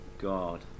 god